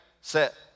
set